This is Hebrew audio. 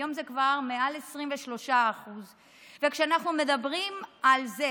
היום זה כבר מעל 23%. וכשאנחנו מדברים על זה